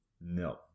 No